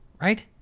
right